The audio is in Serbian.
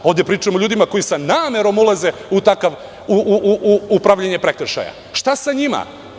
Ovde pričamo o ljudima koji sa namerom ulaze u pravljenje prekršaja, Šta sa njima?